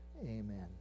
Amen